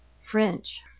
French